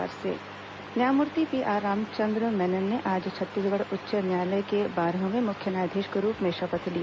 मुख्य न्यायाधीश शपथ न्यायमूर्ति पीआर रामचंद्र मेनन ने आज छत्तीसगढ़ उच्च न्यायालय के बारहवें मुख्य न्यायाधीश के रूप में शपथ ली